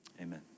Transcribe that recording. amen